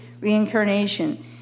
Reincarnation